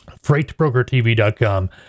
FreightBrokerTV.com